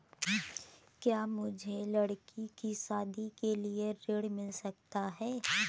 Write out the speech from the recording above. क्या मुझे लडकी की शादी के लिए ऋण मिल सकता है?